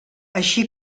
així